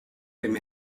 dem